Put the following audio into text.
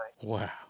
Wow